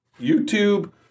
YouTube